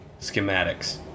Schematics